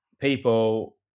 people